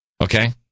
Okay